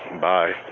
Bye